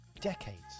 decades